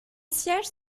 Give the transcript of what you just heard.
siège